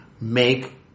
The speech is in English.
make